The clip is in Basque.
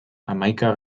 hamaika